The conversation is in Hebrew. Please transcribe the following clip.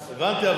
הבנתי,